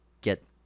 get